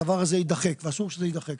כך שהדבר הזה יידחק ואסור שזה יידחק.